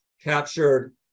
captured